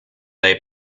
they